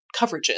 coverages